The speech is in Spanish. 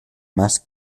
más